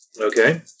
Okay